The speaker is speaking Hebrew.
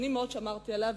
ואני מאוד שמרתי עליה,